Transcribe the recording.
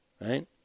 Right